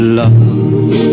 love